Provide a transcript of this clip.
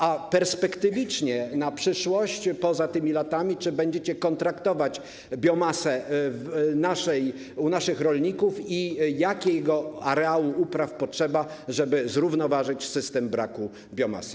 A perspektywicznie na przyszłość, poza tymi latami, czy będziecie kontraktować biomasę u naszych rolników i jakiego areału upraw potrzeba, żeby zrównoważyć system w przypadku braku biomasy?